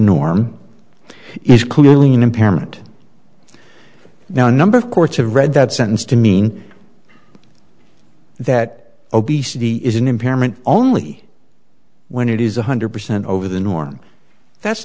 norm is clearly an impairment now a number of courts have read that sentence to mean that obesity is an impairment only when it is one hundred percent over the norm that's